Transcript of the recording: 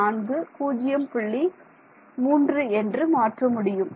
3 என்று மாற்ற முடியும்